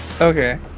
Okay